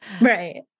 Right